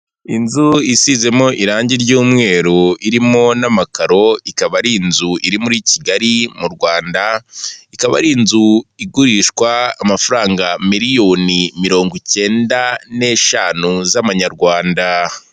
Inzu isizemo irangi ry'umweru, irimo n'amakaro, ikaba ari inzu iri muri Kigali mu Rwanda ikaba ari inzu igurishwa amafaranga miliyoni mirongo ikenda n'eshanu z'amanyarwanda.